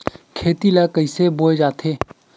खेती ला कइसे बोय जाथे?